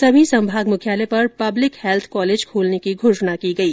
सभी संभाग मुख्यालय पर पब्लिक हैल्थ कॉलेज खोलने की घोषणा की गई